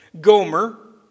Gomer